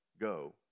Go